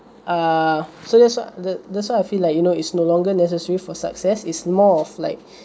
ah so that's why that that's why I feel like you know it's no longer necessary for success it's more of like